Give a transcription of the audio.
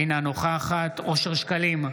אינה נוכחת אושר שקלים,